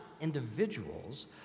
individuals